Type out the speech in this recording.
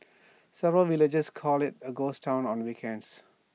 several villagers call IT A ghost Town on weekends